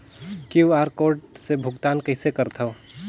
QR code से भुगतान कइसे करथव?